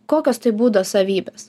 kokios tai būdo savybės